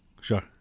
Sure